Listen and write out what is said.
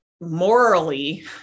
morally